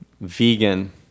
vegan